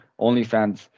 OnlyFans